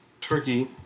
Turkey